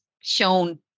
shown